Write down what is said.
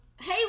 hey